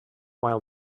while